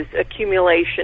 accumulation